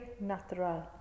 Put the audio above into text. natural